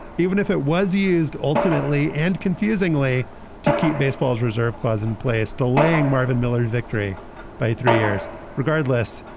even if it was used ultimately and confusingly to keep baseball's reserve clause in place, delaying marvin miller's victory by three years regardless,